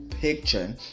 picture